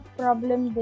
problem